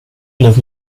live